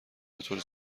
بطور